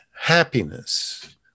happiness